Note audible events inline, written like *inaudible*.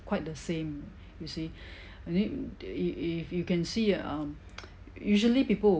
quite the same you see I think if if you can see um *noise* usually people will